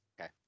Okay